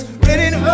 written